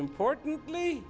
importantly